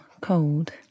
cold